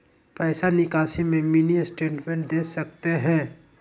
पैसा निकासी में मिनी स्टेटमेंट दे सकते हैं?